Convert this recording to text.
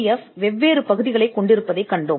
F வெவ்வேறு பகுதிகளைக் கொண்டிருப்பதைக் கண்டோம்